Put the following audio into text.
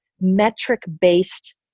metric-based